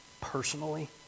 personally